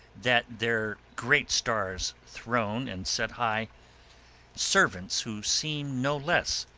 that their great stars throne and set high servants, who seem no less,